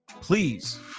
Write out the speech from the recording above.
Please